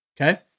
Okay